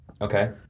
Okay